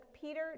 Peter